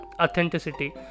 authenticity